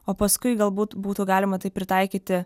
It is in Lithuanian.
o paskui galbūt būtų galima tai pritaikyti